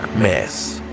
Mess